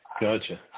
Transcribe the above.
Gotcha